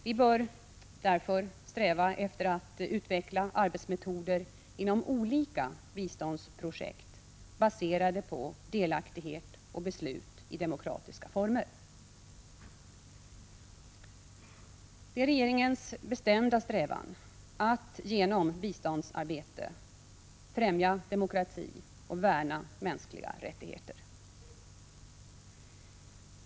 Vi bör sträva efter att inom olika biståndsprojekt utveckla arbetsmetoder som är baserade på delaktighet och beslut i demokratiska former. Det är regeringens bestämda strävan att genom biståndsarbete främja demokrati och värna mänskliga rättigheter.